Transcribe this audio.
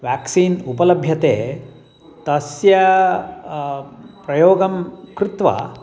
vaccine उपलभ्यते तस्य प्रयोगं कृत्वा